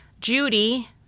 Judy